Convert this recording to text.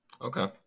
Okay